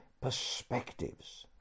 perspectives